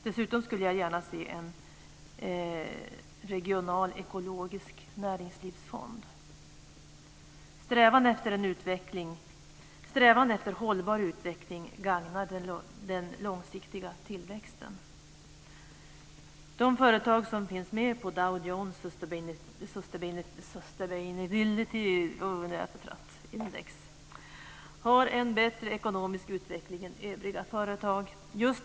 Dessutom skulle jag gärna se en regional ekologisk näringslivsfond. Strävan efter hållbar utveckling gagnar den långsiktiga tillväxten. De företag som finns med på Dow Jones Sustainability Index har en bättre ekonomisk utveckling än övriga företag.